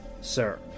Sir